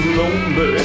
lonely